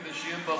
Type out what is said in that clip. כדי שיהיה ברור,